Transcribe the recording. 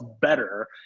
better